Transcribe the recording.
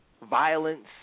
Violence